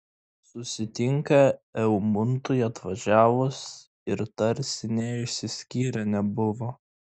susitinka eimuntui atvažiavus ir tarsi nė išsiskyrę nebuvo